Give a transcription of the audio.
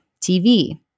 TV